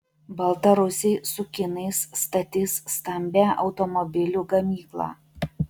baltarusiai su kinais statys stambią automobilių gamyklą